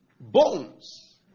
Bones